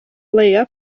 leia